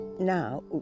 Now